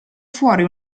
fuori